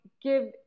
give